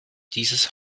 dieses